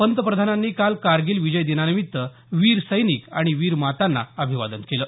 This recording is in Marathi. पंतप्रधानांनी काल कारगिल विजय दिनानिमित्त वीर सैनिक आणि वीर मातांना अभिवादन केलं